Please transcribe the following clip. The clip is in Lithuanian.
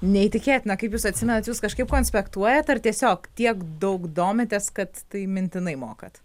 neįtikėtina kaip jūs atsimenat jūs kažkaip konspektuojat ar tiesiog tiek daug domitės kad tai mintinai mokat